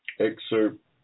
Excerpt